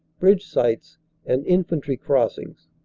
bridge sites and infantry crossings.